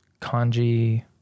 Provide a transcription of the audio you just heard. kanji